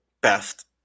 best